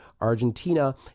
Argentina